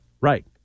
Right